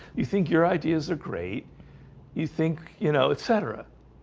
you think your ideas are great you think you know etc?